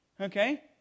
Okay